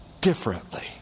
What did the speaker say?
differently